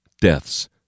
Deaths